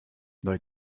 neu